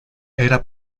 era